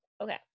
Okay